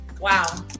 wow